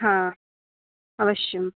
हा अवश्यम्